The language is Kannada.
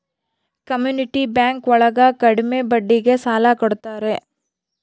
ಕಮ್ಯುನಿಟಿ ಬ್ಯಾಂಕ್ ಒಳಗ ಕಡ್ಮೆ ಬಡ್ಡಿಗೆ ಸಾಲ ಕೊಡ್ತಾರೆ